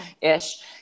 ish